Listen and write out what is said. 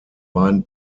beiden